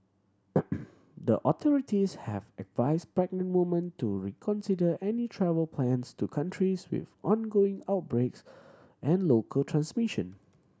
the authorities have advised pregnant women to reconsider any travel plans to countries with ongoing outbreaks and local transmission